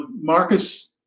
Marcus